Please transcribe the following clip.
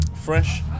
fresh